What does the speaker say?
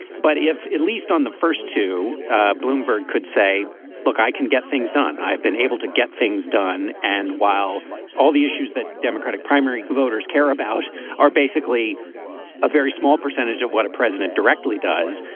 but if at least on the first two bloomberg could say look i can get things done i've been able to get things done. and while all the issues that democratic primary voters care about are basically basically a very small percentage of what a president directly does.